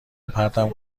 پرتم